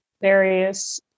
various